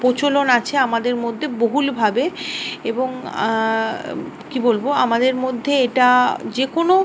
প্রচলন আছে আমাদের মধ্যে বহুল ভাবে এবং কী বলব আমাদের মধ্যে এটা যে কোনো